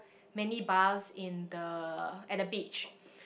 many bars in the at the beach